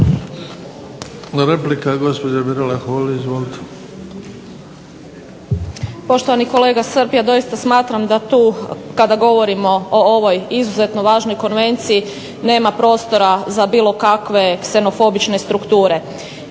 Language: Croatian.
Replika gospođa Mirala Holy. Izvolite. **Holy, Mirela (SDP)** Poštovani kolega Srb, ja doista smatram da tu kada govorimo o ovoj izuzetno važnoj konvenciji nema prostora za bilo kakve ksenofobične strukture.